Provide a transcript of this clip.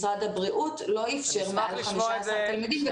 משרד הבריאות לא אפשר מעל ל-15 תלמידים.